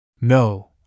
No